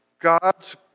God's